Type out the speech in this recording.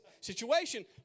situation